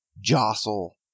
jostle